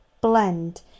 blend